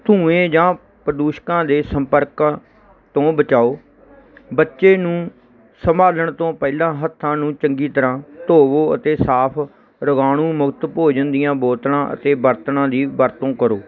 ਧੂੰਏ ਜਾਂ ਪ੍ਰਦੂਸ਼ਕਾਂ ਦੇ ਸੰਪਰਕਾਂ ਤੋਂ ਬਚਾਓ ਬੱਚੇ ਨੂੰ ਸੰਭਾਲਣ ਤੋਂ ਪਹਿਲਾਂ ਹੱਥਾਂ ਨੂੰ ਚੰਗੀ ਤਰ੍ਹਾਂ ਧੋਵੋ ਅਤੇ ਸਾਫ ਰੋਗਾਣੂ ਮੁਕਤ ਭੋਜਨ ਦੀਆਂ ਬੋਤਲਾਂ ਅਤੇ ਬਰਤਨਾਂ ਦੀ ਵਰਤੋਂ ਕਰੋ